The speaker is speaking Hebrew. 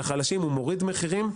לחלשים הוא מוריד מחירים.